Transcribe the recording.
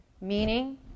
meaning